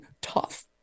tough